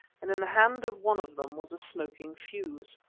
and in the hand of one of them was a smoking fuse.